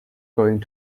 going